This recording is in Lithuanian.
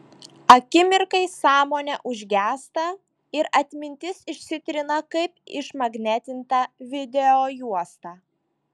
akimirkai sąmonė užgęsta ir atmintis išsitrina kaip išmagnetinta videojuosta